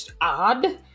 odd